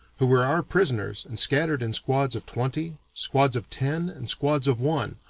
who were our prisoners and scattered in squads of twenty, squads of ten, and squads of one,